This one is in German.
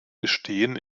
bestehen